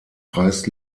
preis